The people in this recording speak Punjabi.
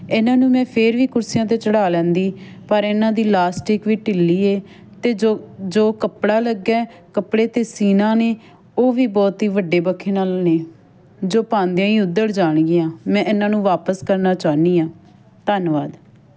ਇਹਨਾਂ ਨੂੰ ਮੈਂ ਫਿਰ ਵੀ ਕੁਰਸੀਆਂ 'ਤੇ ਚੜ੍ਹਾ ਲੈਂਦੀ ਪਰ ਇਹਨਾਂ ਦੀ ਲਾਸਟਿਕ ਵੀ ਢਿੱਲੀ ਹੈ ਅਤੇ ਜੋ ਜੋ ਕੱਪੜਾ ਲੱਗਾ ਕੱਪੜੇ 'ਤੇ ਸੀਣਾ ਨੇ ਉਹ ਵੀ ਬਹੁਤ ਹੀ ਵੱਡੇ ਵੱਖੇ ਨਾਲ ਨੇ ਜੋ ਪਾਉਂਦਿਆਂ ਹੀ ਉੱਧੜ ਜਾਣਗੀਆਂ ਮੈਂ ਇਹਨਾਂ ਨੂੰ ਵਾਪਸ ਕਰਨਾ ਚਾਹੁੰਦੀ ਹਾਂ ਧੰਨਵਾਦ